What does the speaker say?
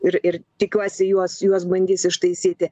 ir ir tikiuosi juos juos bandys ištaisyti